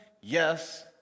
Yes